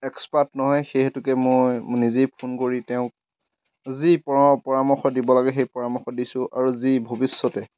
expert নহয় সেই হেতুকে মই নিজেই ফোন কৰি তেওঁক যি পৰামৰ্শ দিব লাগে সেই পৰামৰ্শ দিছোঁ আৰু যি ভৱিষ্যতে